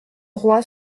roi